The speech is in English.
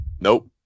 Nope